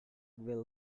will